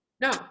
No